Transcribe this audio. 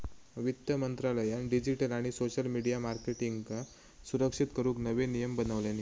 वित्त मंत्रालयान डिजीटल आणि सोशल मिडीया मार्केटींगका सुरक्षित करूक नवे नियम बनवल्यानी